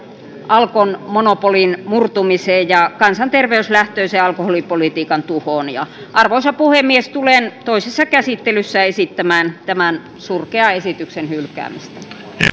alkon monopolin murtumiseen ja kansanterveyslähtöisen alkoholipolitiikan tuhoon arvoisa puhemies tulen toisessa käsittelyssä esittämään tämän surkean esityksen hylkäämistä